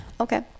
Okay